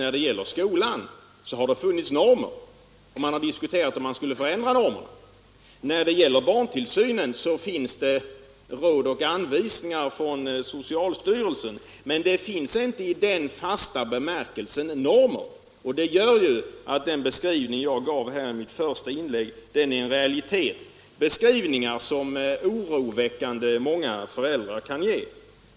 När det gäller skolan har det funnits normer, och man har diskuterat om man skulle förändra normerna. När det gäller barntillsynen finns det råd och anvisningar från socialstyrelsen men inte i den fasta bemärkelsen normer. Detta gör att den beskrivning jag gav i mitt första inlägg är en realitet. Det är sådana beskrivningar som oroväckande många föräldrar kan ge.